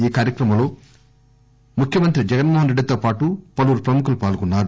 ఈ కార్యక్రమంలో ముఖ్యమంత్రి జగన్ మోహన్ రెడ్డి తో పాటు పలువురు ప్రముఖులు పాల్గొన్నారు